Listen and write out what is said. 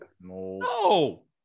no